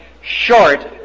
short